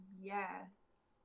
Yes